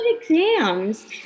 exams